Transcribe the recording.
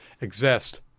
exist